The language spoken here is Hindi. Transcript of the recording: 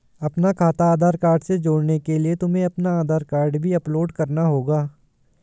अपना खाता आधार कार्ड से जोड़ने के लिए तुम्हें अपना आधार कार्ड भी अपलोड करना होगा